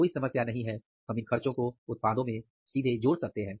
कोई समस्या नहीं है हम इन खर्चों को उत्पादों में जोड़ सकते हैं